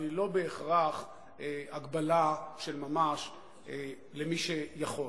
אבל היא לא בהכרח הגבלה של ממש למי שיכול.